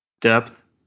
depth